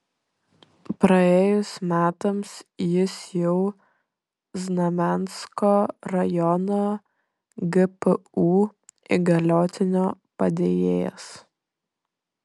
praėjus metams jis jau znamensko rajono gpu įgaliotinio padėjėjas